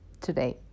today